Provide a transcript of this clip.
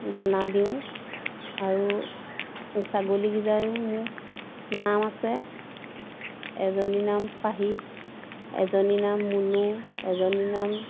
দানা দিওঁ আৰু ছাগলীকেইটাৰো মোৰ নাম আছে এজনীৰ নাম পাহি এজনীৰ নাম মুনু এজনীৰ নাম